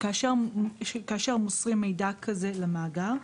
כאשר מוסרים מידע כזה למאגר,